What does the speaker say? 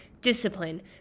Discipline